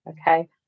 okay